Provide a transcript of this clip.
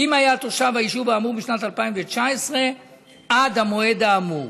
"אם היה תושב היישוב האמור בשנת 2019 עד המועד האמור".